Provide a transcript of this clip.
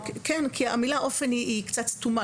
המילה אופן היא קצת סתומה.